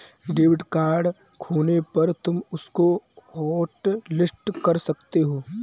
debit card खोने पर तुम उसको हॉटलिस्ट कर सकती हो